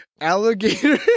alligator